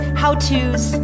how-tos